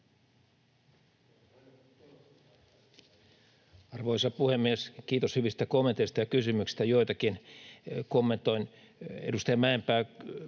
Arvoisa puhemies! Kiitos hyvistä kommenteista ja kysymyksistä — joitakin kommentoin.